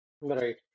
Right